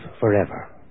forever